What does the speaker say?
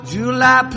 July